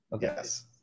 yes